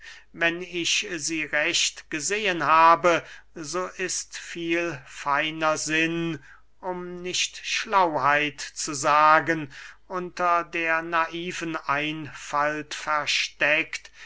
wenn ich sie recht gesehen habe so ist viel feiner sinn um nicht schlauheit zu sagen unter der naiven einfalt versteckt